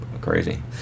Crazy